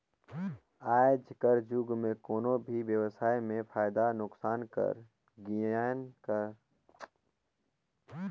आएज कर जुग में कोनो भी बेवसाय में फयदा नोसकान कर गियान हर बिगर आडिट कर पता नी चले